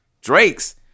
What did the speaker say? Drake's